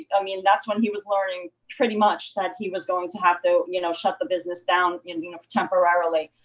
i mean, that's when he was learning pretty much that he was going to have to, you know, shut the business down you know kind of temporarily.